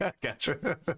Gotcha